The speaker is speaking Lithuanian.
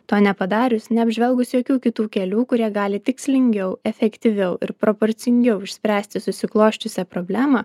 to nepadarius neapžvelgus jokių kitų kelių kurie gali tikslingiau efektyviau ir proporcingiau išspręsti susiklosčiusią problemą